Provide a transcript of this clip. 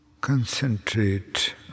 concentrate